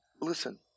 listen